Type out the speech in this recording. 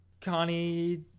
connie